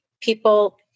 people